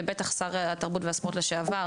ובטח שר התרבות והספורט לשעבר.